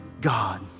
God